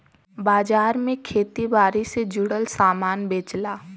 बाजार में खेती बारी से जुड़ल सामान बेचला